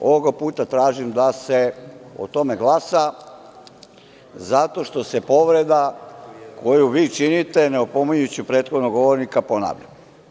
Ovog puta tražim da se o tome glasa zato što se povreda koju vi činite ne opominjući prethodnog govornika ponavlja.